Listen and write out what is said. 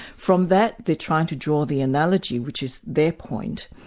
from that they tried to draw the analogy, which is their point,